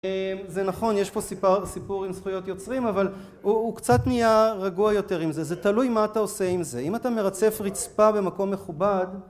זה נכון יש פה סיפור עם זכויות יוצרים אבל הוא קצת נהיה רגוע יותר עם זה, זה תלוי מה אתה עושה עם זה אם אתה מרצף רצפה במקום מכובד